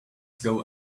ago